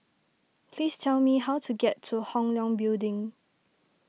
please tell me how to get to Hong Leong Building